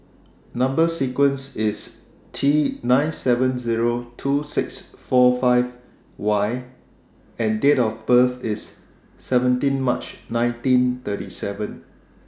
Number sequence IS T nine seven Zero two six four five Y and Date of birth IS seventeen March nineteen thirty seven